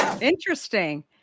interesting